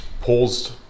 paused